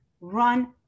run